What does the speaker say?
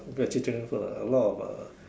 vegetarian food lah a lot of uh